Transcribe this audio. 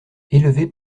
élevé